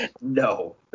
No